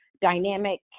dynamic